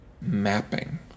mapping